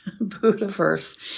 buddha-verse